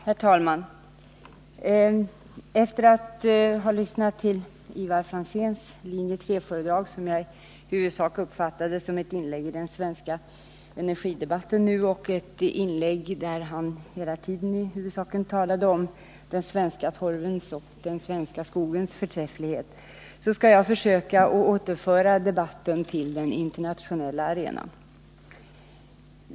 Herr talman! Efter att ha lyssnat till Ivar Franzéns linje 3-föredrag, som jag i huvudsak uppfattade som ett inlägg i den svenska energidebatten — ett inlägg där det hela tiden huvudsakligen talades om den svenska torvens och den svenska skogens förträfflighet — skall jag försöka återföra debatten till den internationella arenan.